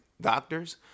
doctors